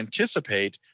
anticipate